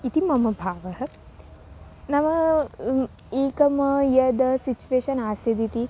इति मम भावः नाम एकं यद् सिचुवेशन् आसीदिति